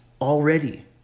already